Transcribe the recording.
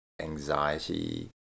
anxiety